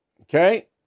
Okay